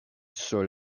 sur